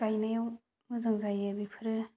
गायनायाव मोजां जायो बेफोरो